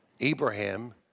Abraham